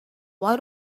why